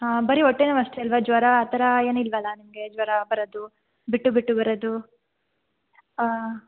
ಹಾಂ ಬರೀ ಹೊಟ್ಟೆನೋವು ಅಷ್ಟೇ ಅಲ್ಲವಾ ಜ್ವರ ಆ ಥರ ಏನು ಇಲ್ಲವಲ್ಲ ನಿಮಗೆ ಜ್ವರ ಬರೋದು ಬಿಟ್ಟು ಬಿಟ್ಟು ಬರೋದು